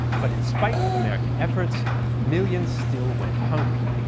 but in spite of american efforts millions still went hungry.